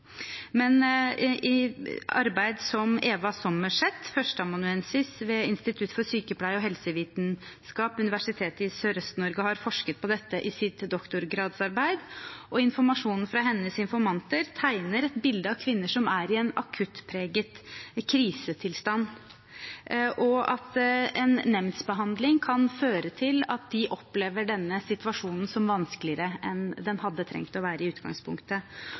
Eva Sommerseth, førsteamanuensis ved Institutt for sykepleie- og helsevitenskap ved Universitetet i Sørøst-Norge, har forsket på dette i sitt doktorgradsarbeid, og informasjonen fra hennes informanter tegner et bilde av kvinner som er i en akuttpreget krisetilstand, og at en nemndsbehandling kan føre til at de opplever denne situasjonen som vanskeligere enn den hadde trengt å være i utgangspunktet.